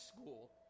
school